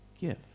give